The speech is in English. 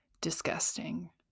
disgusting